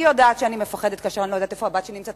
אני יודעת שאני מפחדת כאשר אני לא יודעת איפה הבת שלי נמצאת,